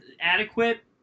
adequate